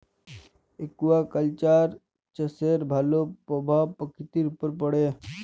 aquaculture চাষের ভালো পরভাব পরকিতির উপরে পড়ে